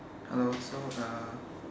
hello so uh